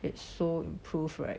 it's so improve right